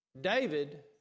David